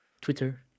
Twitter